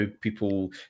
people